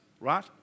right